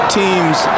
teams